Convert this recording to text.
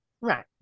right